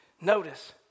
notice